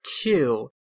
two